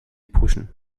puschen